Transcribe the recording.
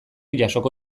jasoko